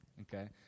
Okay